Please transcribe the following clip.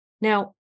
Now